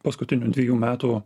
paskutinių dvejų metų